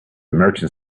merchant